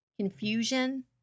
confusion